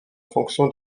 fonction